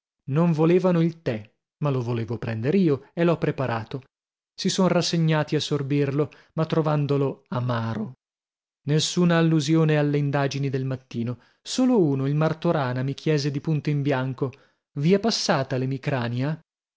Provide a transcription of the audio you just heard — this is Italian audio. non volevano il tè ma lo volevo prender io e l'ho preparato si son rassegnati a sorbirlo ma trovandolo amaro nessuna allusione alle indagini del mattino solo uno il martorana mi chiese di punto in bianco vi è passata